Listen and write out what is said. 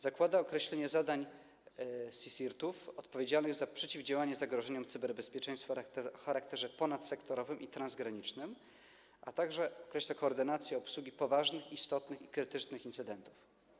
Zakłada określenie zadań CSIRT-ów odpowiedzialnych za przeciwdziałanie zagrożeniom cyberbezpieczeństwa w charakterze ponadsektorowym i transgranicznym, a także określa koordynację obsługi poważnych, istotnych i krytycznych incydentów.